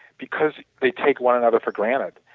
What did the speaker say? because they take one another for granted,